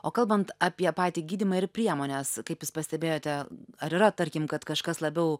o kalbant apie patį gydymą ir priemones kaip jūs pastebėjote ar yra tarkim kad kažkas labiau